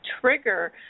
trigger